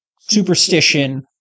superstition